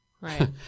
Right